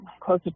close